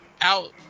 out